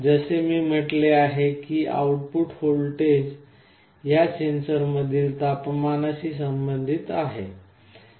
जसे मी म्हटले आहे की आउट पुट व्होल्टेज या सेन्सरमधील तापमानाशी संबंधित आहे